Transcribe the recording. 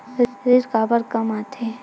ऋण काबर कम आथे?